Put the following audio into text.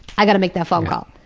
i've got to make that phone call,